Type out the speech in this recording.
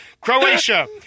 Croatia